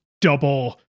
double